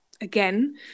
again